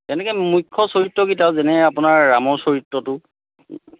তেনেকৈ মুখ্য চৰিত্ৰকেইটাও যেনেকৈ আপোনাৰ ৰামৰ